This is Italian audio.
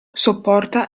sopporta